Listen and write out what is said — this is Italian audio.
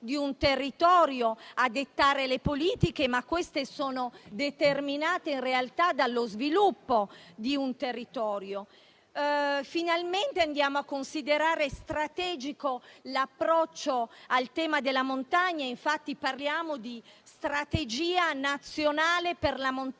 di un territorio a dettare le politiche, ma queste sono determinate, in realtà, dallo sviluppo di un territorio. Finalmente consideriamo strategico l'approccio al tema della montagna e infatti parliamo di «strategia nazionale per la montagna».